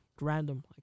random